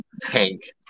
tank